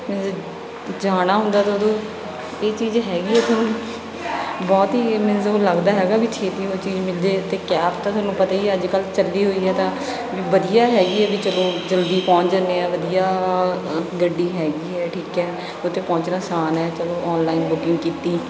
ਜਾਣਾ ਹੁੰਦਾ ਤਾਂ ਉਦੋਂ ਇਹ ਚੀਜ਼ ਹੈਗੀ ਬਹੁਤ ਹੀ ਮੀਨਜ਼ ਉਹ ਲੱਗਦਾ ਹੈਗਾ ਵੀ ਛੇਤੀ ਉਹ ਚੀਜ਼ ਮਿਲ ਜਾਵੇ ਅਤੇ ਕੈਬ ਤਾਂ ਤੁਹਾਨੂੰ ਪਤਾ ਹੀ ਹੈ ਅੱਜ ਕੱਲ੍ਹ ਚੱਲੀ ਹੋਈ ਹੈ ਤਾਂ ਵੀ ਵਧੀਆ ਹੈਗੀ ਹੈ ਵੀ ਚੱਲੋ ਜਲਦੀ ਪਹੁੰਚ ਜਾਂਦੇ ਹਾਂ ਵਧੀਆ ਗੱਡੀ ਹੈਗੀ ਹੈ ਠੀਕ ਹੈ ਉੱਥੇ ਪਹੁੰਚਣਾ ਆਸਾਨ ਹੈ ਚੱਲੋ ਔਨਲਾਈਨ ਬੁਕਿੰਗ ਕੀਤੀ